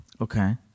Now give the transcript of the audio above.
Okay